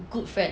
good friends